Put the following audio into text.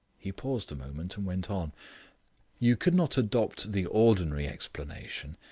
he paused a moment, and went on you could not adopt the ordinary explanation.